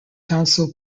council